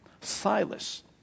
Silas